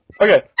Okay